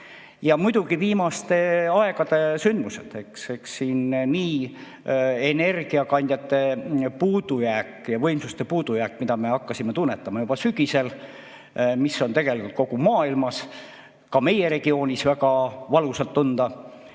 Ja muidugi viimaste aegade sündmused. Eks energiakandjate puudujääk ja võimsuste puudujääk, mida me hakkasime tunnetama juba sügisel, on tegelikult kogu maailmas ja ka meie regioonis väga valusalt tunda.